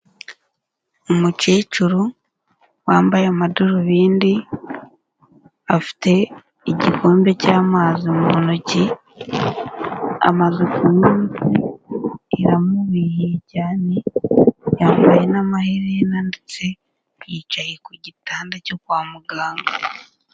Umukecuru wambaye amadarubindi, afite igikombe cy'amazi mu ntoki, amaze kunywa imiti iramubihiye cyane, yambaye n'amaherena ndetse yicaye ku gitanda cyo kwa muganga.